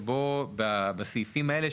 כאשר בסעיפים אלה,